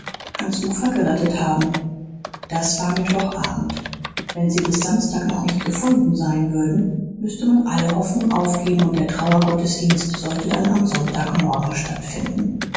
ans ufer gerettet haben das war mittwoch abend wenn sie bis samstag noch nicht gefunden sein würden müßte man alle hoffnung aufgeben und der trauergottesdienst sollte dann am sonntag morgen stattfinden